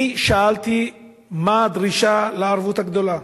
אני שאלתי מה הדרישה לערבות הגדולה,